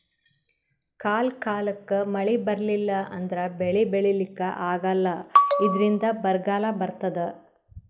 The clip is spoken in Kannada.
ಕಾಲ್ ಕಾಲಕ್ಕ್ ಮಳಿ ಬರ್ಲಿಲ್ಲ ಅಂದ್ರ ಬೆಳಿ ಬೆಳಿಲಿಕ್ಕ್ ಆಗಲ್ಲ ಇದ್ರಿಂದ್ ಬರ್ಗಾಲ್ ಬರ್ತದ್